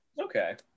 Okay